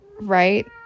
right